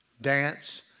Dance